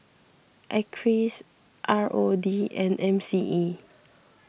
Acres R O D and M C E